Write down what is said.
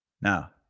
now